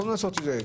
יכולנו לעשות את זה.